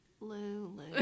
Lulu